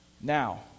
Now